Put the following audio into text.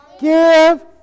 Give